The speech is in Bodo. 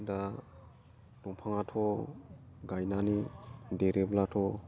दा दंफाङाथ' गायनानै देरोब्लाथ'